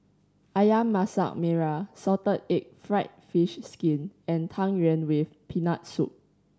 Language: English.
Ayam Masak Merah salted egg fried fish skin and Tang Yuen with Peanut Soup